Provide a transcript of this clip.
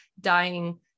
dying